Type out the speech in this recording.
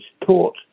taught